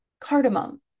cardamom